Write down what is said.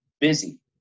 busy